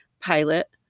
pilot